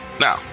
Now